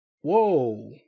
Whoa